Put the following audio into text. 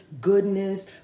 goodness